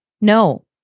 no